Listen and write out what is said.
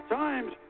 times